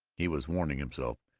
he was warning himself,